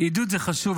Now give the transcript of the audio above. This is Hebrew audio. עידוד זה חשוב.